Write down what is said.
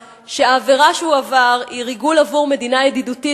שהעבירה שהוא עבר היא ריגול עבור מדינה ידידותית,